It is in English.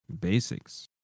basics